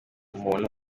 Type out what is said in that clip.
umuntu